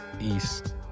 east